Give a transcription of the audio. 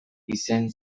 izen